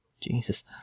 Jesus